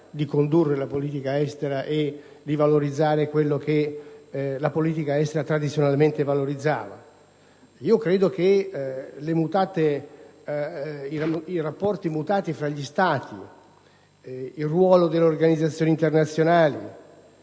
di condurre la politica estera e di valorizzare ciò che questa tradizionalmente metteva in rilievo. Credo che i rapporti mutati tra gli Stati, il ruolo delle organizzazioni internazionali,